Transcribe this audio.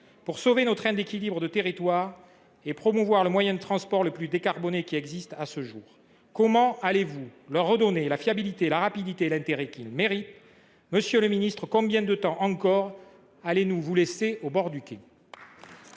pour sauver nos trains d’équilibre du territoire et promouvoir le moyen de transport le plus décarboné qui existe à ce jour ? Comment leur redonnerez vous la fiabilité, la rapidité et l’intérêt qu’ils méritent ? Monsieur le ministre, combien de temps encore allez vous nous laisser sur le bord du quai ?